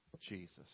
Jesus